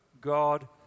God